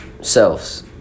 selves